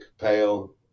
pale